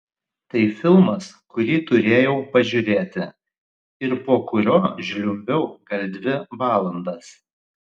tai filmas kurį turėjau pažiūrėti ir po kurio žliumbiau gal dvi valandas